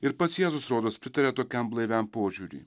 ir pats jėzus rodos pritarė tokiam blaiviam požiūriui